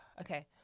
Okay